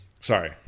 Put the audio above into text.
Sorry